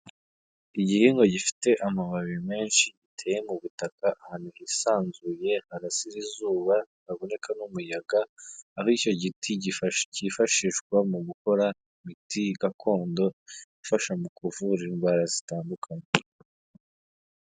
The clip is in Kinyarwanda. Igihingwa gifite amababi menshi, giteye mu butaka ahantu hisanzuye harasira izuba, haboneka n'umuyaga, aho icyo giti cyifashishwa mu gukora imiti gakondo, ifasha mu kuvura indwara zitandukanye.